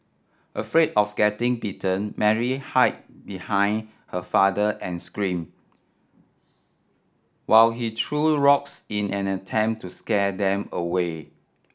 afraid of getting bitten Mary hid behind her father and scream while he threw rocks in an attempt to scare them away